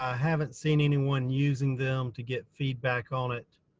haven't seen anyone using them to get feedback on it.